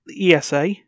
ESA